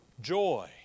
joy